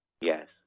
Yes